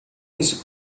isso